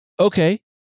Okay